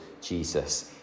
Jesus